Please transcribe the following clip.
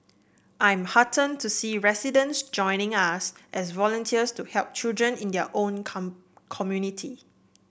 I am heartened to see residents joining us as volunteers to help children in their own come community